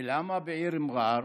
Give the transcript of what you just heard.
ולמה בעיר מע'אר?